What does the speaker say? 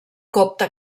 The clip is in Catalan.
copta